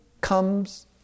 comes